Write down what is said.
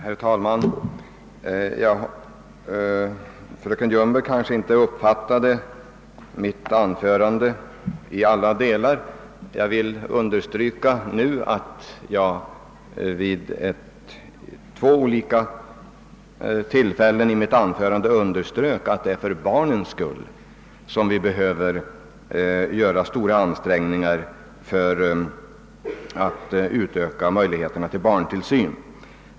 Herr talman! Fröken Ljungberg kanske inte uppfattade mitt anförande i alla delar. Jag vill därför erinra om att jag vid två olika tillfällen underströk att det är främst för barnens skull som vi behöver göra stora ansträngningar för att utöka möjligheterna till barntillsyn.